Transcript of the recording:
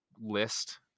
list